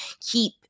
keep